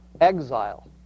exile